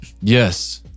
Yes